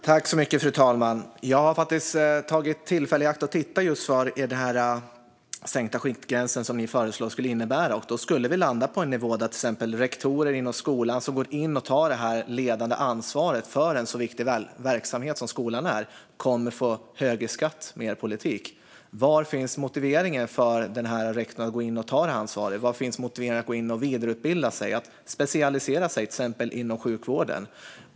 Fru talman! Jag har faktiskt tittat på vad den sänkta skiktgränsen som ni föreslår skulle innebära. Med er politik skulle vi landa på en nivå där till exempel rektorer inom skolan, som tar det ledande ansvaret för en så viktig verksamhet som skolan, kommer att få högre skatt. Var finns då motiveringen för rektorn att gå in och ta detta ansvar? Var finns motiveringen att gå in och vidareutbilda sig och specialisera sig inom till exempel sjukvården?